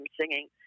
singing